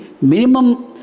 minimum